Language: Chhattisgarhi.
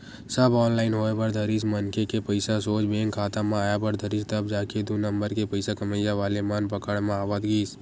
सब ऑनलाईन होय बर धरिस मनखे के पइसा सोझ बेंक खाता म आय बर धरिस तब जाके दू नंबर के पइसा कमइया वाले मन पकड़ म आवत गिस